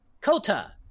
Kota